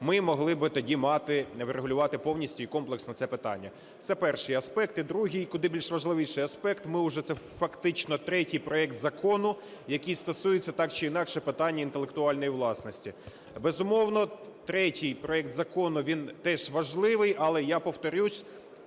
ми могли би тоді мати врегулювати повністю і комплексно це питання – це перший аспект. І другий, куди більш важливіший аспект. Це фактично третій проект закону, який стосується так чи інакше питання інтелектуальної власності. Безумовно, третій проект закону, він теж важливий, але, я повторюсь,